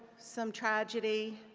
some tragedy,